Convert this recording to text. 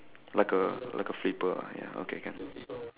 like a like a flipper ah ya okay can